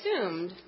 assumed